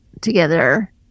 together